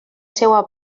seua